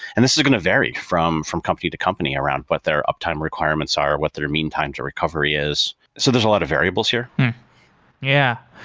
and this is going to vary from from company to company around what their uptime requirements are, what their meantime to recovery is. so there's a lot of variables here yeah.